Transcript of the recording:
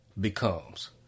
becomes